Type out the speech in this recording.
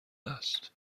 است